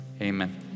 amen